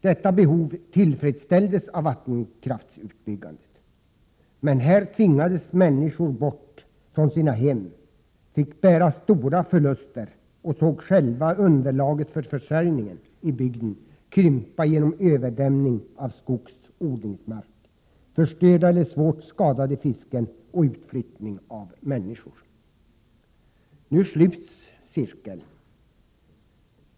Detta behov tillfredsställdes av vattenkraftsutbyggnaden. Människor tvingades då bort från sina hem, fick bära stora förluster och såg själva underlaget för bygdens försörjning krympa genom överdämning av skogsoch odlingsmark, genom förstörda eller svårt skadade fisken samt utflyttning av människor. Nu sluts cirkeln.